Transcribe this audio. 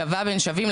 שווה בין שווים.